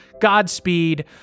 Godspeed